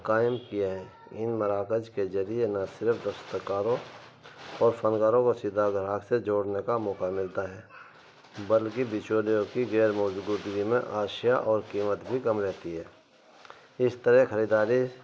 قائم کیے ہیں ان مراکز کے ذریعے نہ صرف دستکاروں اور فنکاروں کو سیدھا گراہک سے جوڑنے کا موقع ملتا ہے بلکہ بچولیوں کی غیر موجودگی میں اشیا اور قیمت بھی کم رہتی ہے اس طرح خریداری